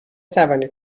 توانید